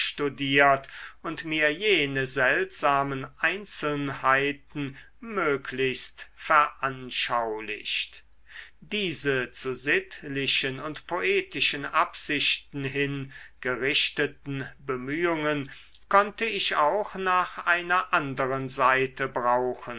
und mir jene seltsamen einzelnheiten möglichst veranschaulicht diese zu sittlichen und poetischen absichten hin gerichteten bemühungen konnte ich auch nach einer anderen seite brauchen